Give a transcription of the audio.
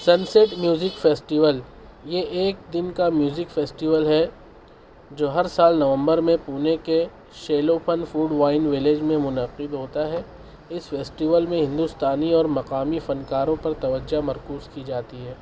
sunset music festival یہ ایک دن کا میوزک فیسٹول ہے جو ہر سال نومبر میں پونا کے شیلوپن فوڈ وائن ولیج منعقد ہوتا ہے اس فیسٹول میں ہندوستانی اور مقامی فنکاروں پر توجہ مرکوز کی جاتی ہے